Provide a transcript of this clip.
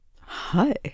Hi